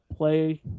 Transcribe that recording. play